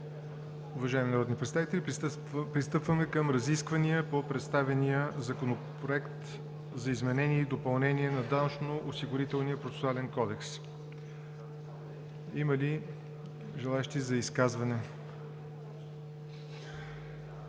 Уважаеми народни представители, пристъпваме към разисквания по представения Законопроект за изменение и допълнение на Данъчно-осигурителния процесуален кодекс. Има ли желаещи за изказване?